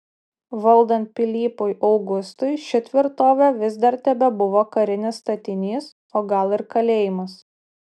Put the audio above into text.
valdant pilypui augustui ši tvirtovė vis dar tebebuvo karinis statinys o gal ir kalėjimas